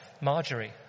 Marjorie